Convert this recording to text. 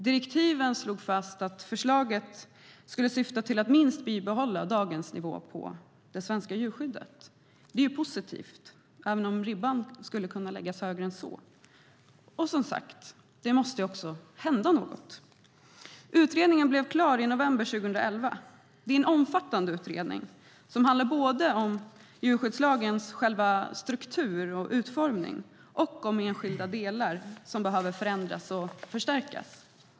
Direktiven slog fast att förslaget skulle syfta till att minst bibehålla dagens nivå på det svenska djurskyddet. Det är positivt även om ribban skulle kunna läggas högre än så. Och, som sagt, det måste också hända något. Utredningen blev klar i november 2011. Det är en omfattande utredning som handlar både om djurskyddslagens struktur och utformning och om enskilda delar som behöver förändras och förstärkas.